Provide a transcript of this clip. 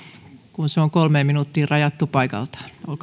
kun se on kolmeen minuuttiin rajattu paikalta